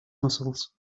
muscles